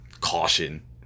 caution